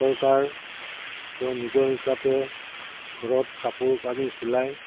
চৰকাৰ তেওঁ নিজৰ হিচাপে ঘৰত কাপোৰ কানি চিলাই